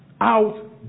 out